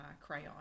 crayon